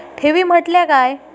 ठेवी म्हटल्या काय?